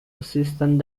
assistant